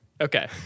Okay